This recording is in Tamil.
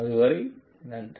அதுவரை நன்றி